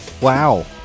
Wow